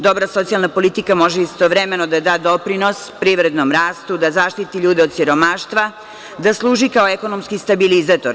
Dobra socijalna politika može istovremeno da da doprinos privrednom rastu, da zaštiti ljude od siromaštva, da služi kao ekonomski stabilizator.